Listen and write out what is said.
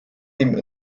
dem